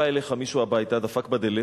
בא אליך מישהו הביתה, דפק בדלת,